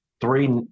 three